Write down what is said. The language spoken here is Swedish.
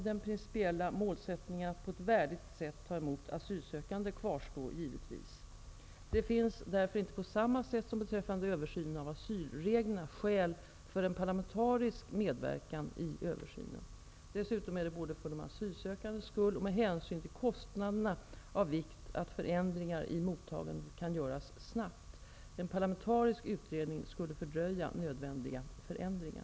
Den principiella målsättningen, att på ett värdigt sätt ta emot asylsökande, kvarstår givetvis. Det finns därför inte på samma sätt som beträffande översynen av asylreglerna skäl för en parlamentarisk medverkan i översynen. Dessutom är det, både för de asylsökandes skull och med hänsyn till kostnaderna, av vikt att förändringar i mottagandet kan göras snabbt. En parlamentarisk utredning skulle fördröja nödvändiga förändringar.